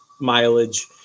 mileage